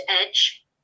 Edge